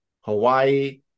Hawaii